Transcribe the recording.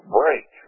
break